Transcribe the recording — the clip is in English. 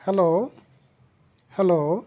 hello hello